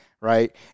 right